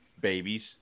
babies